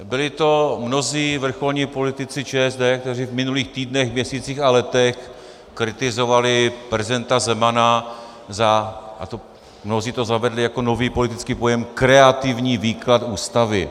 Byli to mnozí vrcholní politici ČSSD, kteří v minulých týdnech, měsících a letech kritizovali prezidenta Zemana, a mnozí to zavedli jako nový politický pojem, za kreativní výklad Ústavy.